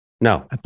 No